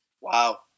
Wow